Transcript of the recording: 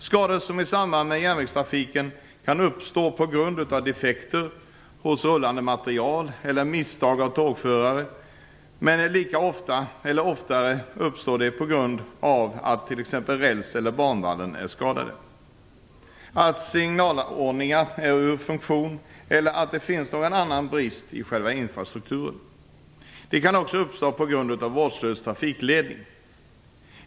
Skador i samband med järnvägstrafik kan uppstå på grund av defekter hos rullande material eller misstag av tågförare, men lika ofta eller oftare uppstår de på grund av att t.ex. räls eller banvallar är skadade, att signalanordningar är ur funktion eller att det finns någon annan brist i själva infrastrukturen. De kan också uppstå på grund av vårdslös trafikledning.